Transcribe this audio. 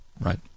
Right